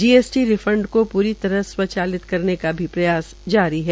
GST refund को प्री तहर से स्वचलित करने का भी प्रयास जारी है